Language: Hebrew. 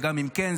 וגם אם כן,